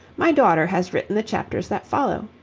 my daughter has written the chapters that follow.